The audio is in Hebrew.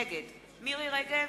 נגד מירי רגב,